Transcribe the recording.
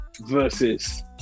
versus